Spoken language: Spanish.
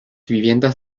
viviendas